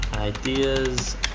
ideas